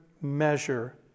measure